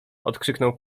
odkrzyknął